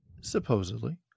Supposedly